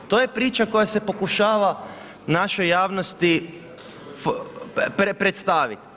To je priča, koja se pokušava našoj javnosti predstaviti.